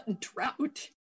drought